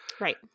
right